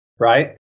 Right